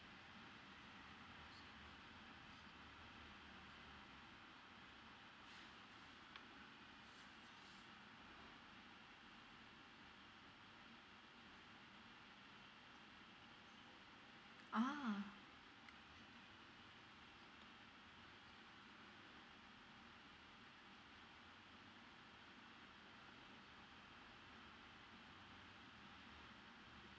!ah!